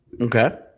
Okay